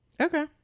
Okay